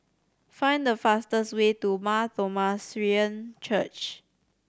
find the fastest way to Mar Thoma Syrian Church